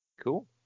cool